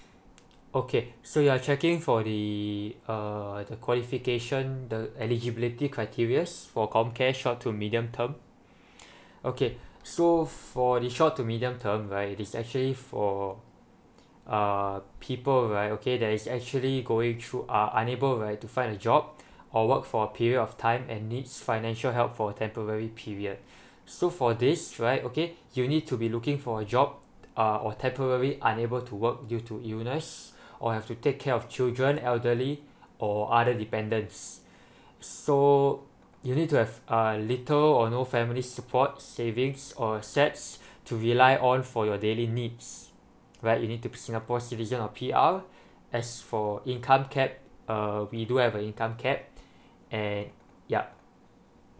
okay so you're checking for the uh the qualification the eligibility criterias for COMCARE short to medium term okay so for the short to medium term right it is actually for uh people right okay there is actually going through are unable right to find a job or work for a period of time and needs financial help for temporary period so for this right okay you need to be looking for a job uh or temporary unable to work due to illness or have to take care of children elderly or other dependents so you need to have uh little or no family support savings or assets to rely on for your daily needs right you need to be singapore citizen or P_R as for income cap err we do have a income cap and yup